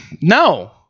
No